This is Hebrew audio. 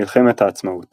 מלחמת העצמאות